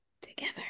together